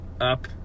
up